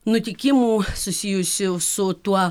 nutikimų susijusių su tuo